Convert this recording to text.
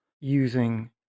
using